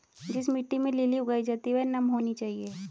जिस मिट्टी में लिली उगाई जाती है वह नम होनी चाहिए